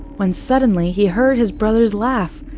when suddenly he heard his brother's laugh,